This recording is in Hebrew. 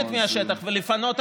לסגת מהשטח ולפנות אנשים,